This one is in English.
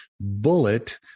bullet